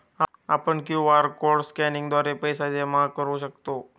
आपण QR code स्कॅनिंगद्वारे पैसे जमा करू शकतो